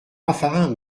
raffarin